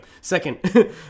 Second